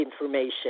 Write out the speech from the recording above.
information